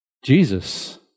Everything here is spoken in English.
Jesus